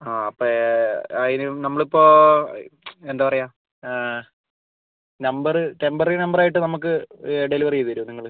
ആ അപ്പം അതിന് നമ്മൾ ഇപ്പോൾ എന്താണ് പറയുക നമ്പർ ടെമ്പററി നമ്പർ ആയിട്ട് നമുക്ക് ഡെലിവെറി ചെയ്ത് തരുവോ നിങ്ങൾ